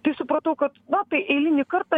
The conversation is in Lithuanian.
tai supratau kad na tai eilinį kartą